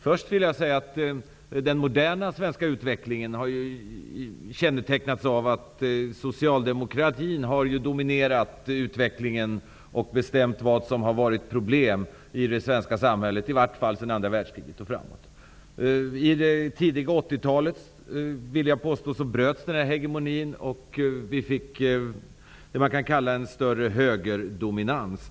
Låt mig först säga att den moderna svenska utvecklingen har kännetecknats av att socialdemokratin har dominerat utvecklingen och bestämt vad som har varit problem i det svenska samhället, åtminstone sedan andra världskriget och framåt. Jag vill påstå att den här hegemonin bröts under det tidiga 80-talet. Vi fick vad man kan kalla en större högerdominans.